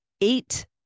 eight